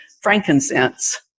frankincense